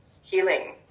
healing